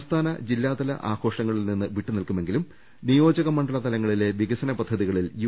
സംസ്ഥാന ജില്ലാ തല ആഘോഷത്തിൽ നിന്ന് വിട്ടുനിൽക്കുമെങ്കിലും നിയോജക മണ്ഡല തലങ്ങളിലെ വികസന പദ്ധതികളിൽ യു